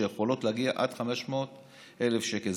שיכולות להגיע עד 500,000 שקל.